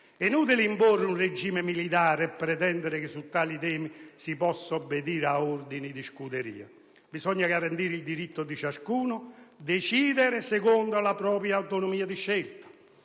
inutile imporre un regime militare e pretendere che su tali temi si possa obbedire ad ordini di scuderia. Bisogna garantire il diritto di ciascuno di decidere secondo la propria autonomia di scelta,